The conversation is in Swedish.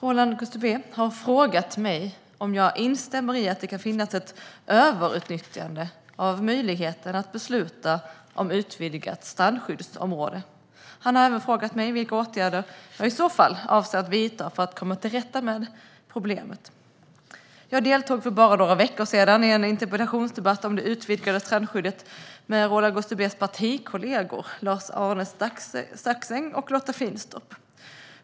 Roland Gustbée har frågat mig om jag instämmer i att det kan finnas ett överutnyttjande av möjligheten att besluta om utvidgat strandskyddsområde. Han har även frågat mig vilka åtgärder jag i så fall avser att vidta för att komma till rätta med problemet. Jag deltog för bara några veckor sedan i en interpellationsdebatt om det utvidgade strandskyddet med Roland Gustbées partikollegor Lars-Arne Staxäng och Lotta Finstorp.